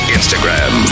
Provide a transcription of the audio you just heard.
Instagram